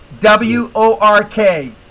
W-O-R-K